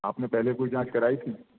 आपने पहले कोई जाँच कराई थी